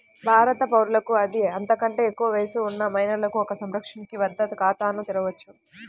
భారత పౌరులకు పది, అంతకంటే ఎక్కువ వయస్సు ఉన్న మైనర్లు ఒక సంరక్షకుని వద్ద ఖాతాను తెరవవచ్చు